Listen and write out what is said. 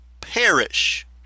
perish